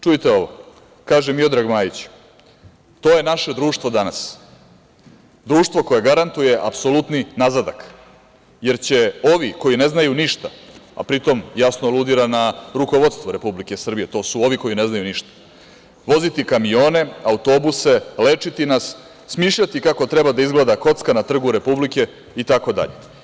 Čujte ovo, kaže Miodrag Majić – to je naše društvo danas, društvo koje garantuje apsolutni nazadak jer će ovi koji ne znaju ništa, a pri tom jasno aludira na rukovodstvo Republike Srbije, to su ovi koji ne znaju ništa, voziti kamione, autobuse, lečiti nas, smišljati kako treba da izgled kocka na Trgu Republike itd.